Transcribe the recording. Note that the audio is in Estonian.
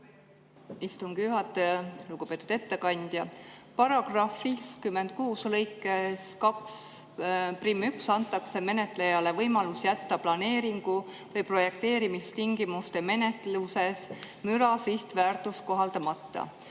istungi juhataja! Lugupeetud ettekandja! Paragrahvi 56 lõikes 21antakse menetlejale võimalus jätta planeeringu või projekteerimistingimuste menetluses müra sihtväärtus kohaldamata,